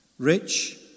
Rich